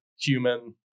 human